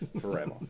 forever